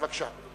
בבקשה.